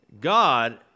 God